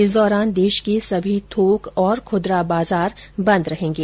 इस दौरान देश के सभी थोक और खूदरा बाजार बंद रहेंगे